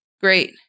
great